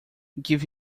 give